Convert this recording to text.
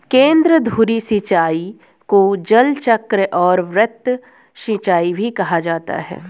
केंद्रधुरी सिंचाई को जलचक्र और वृत्त सिंचाई भी कहा जाता है